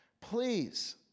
please